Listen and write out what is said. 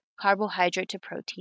carbohydrate-to-protein